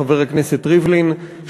חבר הכנסת ריבלין,